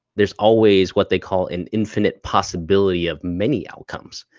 there's always what they call an infinite possibility of many outcomes.